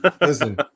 listen